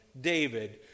David